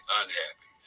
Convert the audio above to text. unhappy